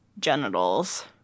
genitals